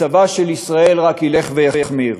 מצבה של ישראל רק ילך ויחמיר.